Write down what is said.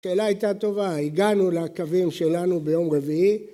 השאלה הייתה טובה, הגענו לקווים שלנו ביום רביעי